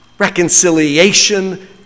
reconciliation